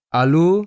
alu